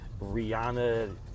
Rihanna